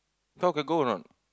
now can go or not